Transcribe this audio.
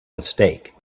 mistake